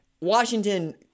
Washington